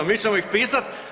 Mi ćemo ih pisati.